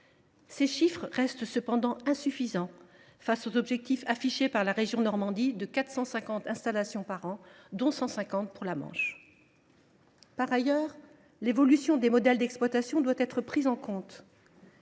Ces chiffres demeurent cependant insuffisants face aux objectifs affichés par la région Normandie de 450 installations par an, dont 150 dans la Manche. Par ailleurs, l’évolution des modèles d’exploitation doit être prise en compte.